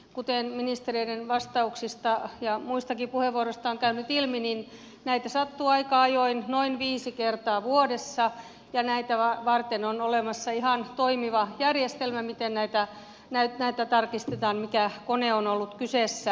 kuten ministereiden vastauksista ja muistakin puheenvuoroista on käynyt ilmi näitä sattuu aika ajoin noin viisi kertaa vuodessa ja näitä varten on olemassa ihan toimiva järjestelmä miten tarkistetaan mikä kone on ollut kyseessä